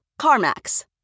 CarMax